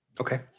Okay